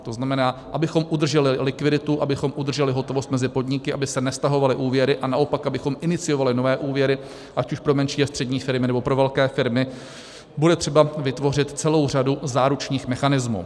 To znamená, abychom udrželi likviditu, abychom udrželi hotovost mezi podniky, aby se nestahovaly úvěry, a naopak abychom iniciovali nové úvěry ať už pro menší a střední firmy, nebo pro velké firmy, bude třeba vytvořit celou řadu záručních mechanismů.